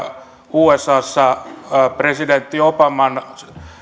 usassa presidentti obaman